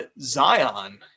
Zion